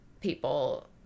people